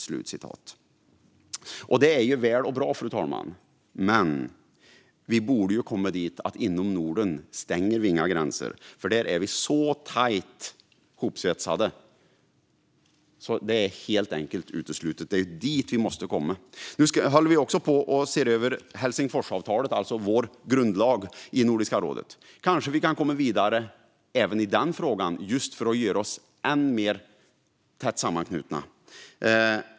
Det är väl och bra, fru talman, men vi borde ju komma dit att vi inte stänger några gränser inom Norden. Vi ska vara så tajt hopsvetsade att det helt enkelt är uteslutet. Det är dit vi måste komma. Nu håller vi också på att se över Helsingforsavtalet, alltså Nordiska rådets grundlag. Vi kanske kan komma vidare även i den frågan för att göra oss ännu tätare sammanknutna.